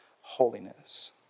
holiness